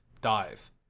dive